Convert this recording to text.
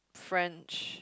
french